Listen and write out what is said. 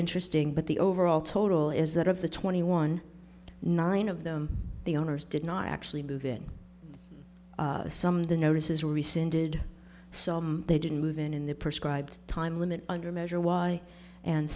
interesting but the overall total is that of the twenty one nine of them the owners did not actually move in some of the notices rescinded so they didn't move in in the prescribe time limit under measure y and